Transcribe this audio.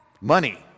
Money